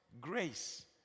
Grace